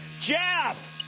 Jeff